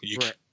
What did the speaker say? Right